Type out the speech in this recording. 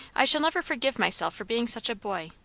i shall never forgive myself for being such a boy.